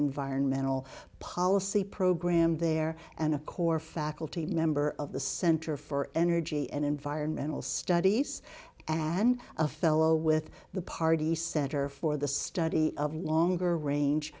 environmental policy program there and a core faculty member of the center for energy and environmental studies and a fellow with the party center for the study of longer range